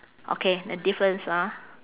okay then difference ah